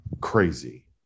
crazy